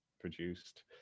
produced